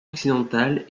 occidentale